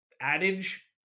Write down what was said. adage